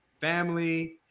Family